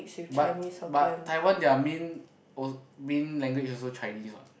but but Taiwan their main o~ main language also Chinese what